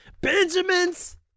Benjamins